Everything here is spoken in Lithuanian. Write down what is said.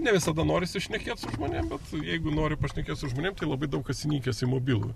ne visada norisi šnekėt su žmonėm bet jeigu noriu pašnekėt su žmonėm tai labai daug kas įnikęs į mobilų